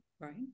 right